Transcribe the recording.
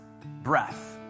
breath